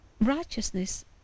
righteousness